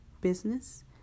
business